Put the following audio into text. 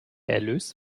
erlös